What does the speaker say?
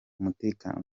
umutekano